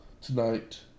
tonight